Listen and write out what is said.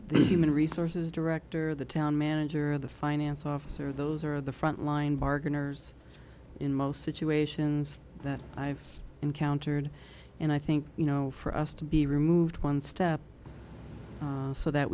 the human resources director the town manager the finance officer those are the frontline bargainers in most situations that i've encountered and i think you know for us to be removed one step so that